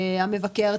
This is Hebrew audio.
המבקר,